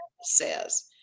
says